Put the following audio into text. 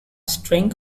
string